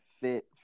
fit